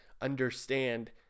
understand